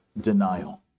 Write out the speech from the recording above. denial